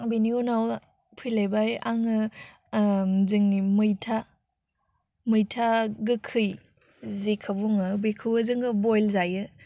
बेनि उनाव फैलायबाय आङो जोंनि मैथा मैथा गोखै जेखौ बुङो बेखौबो जोङो बइल जायो